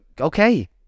Okay